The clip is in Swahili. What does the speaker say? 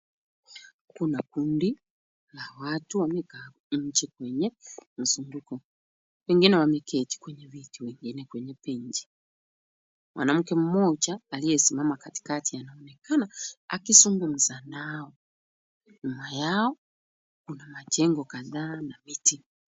Kuna kundi la watu wamekaa hapo nje kwenye mzunguko, wengine wameketi kwenye viti, wengine kwenye benchi. Mwanamke mmoja aliyesimama katikati, anaonekana akizungumza nao. Nyuma yao kuna majengo kadhaa na miti.